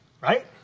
right